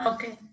Okay